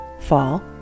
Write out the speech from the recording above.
fall